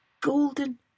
golden